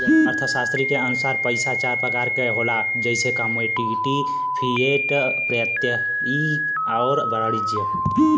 अर्थशास्त्री के अनुसार पइसा चार प्रकार क होला जइसे कमोडिटी, फिएट, प्रत्ययी आउर वाणिज्यिक